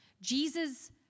Jesus